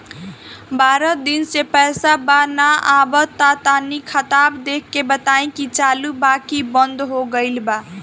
बारा दिन से पैसा बा न आबा ता तनी ख्ताबा देख के बताई की चालु बा की बंद हों गेल बा?